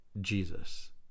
Jesus